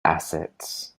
assets